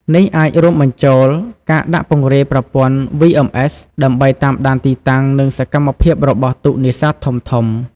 នេះអាចរួមបញ្ចូលការដាក់ពង្រាយប្រព័ន្ធ VMS ដើម្បីតាមដានទីតាំង និងសកម្មភាពរបស់ទូកនេសាទធំៗ។